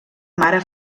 mare